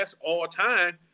all-time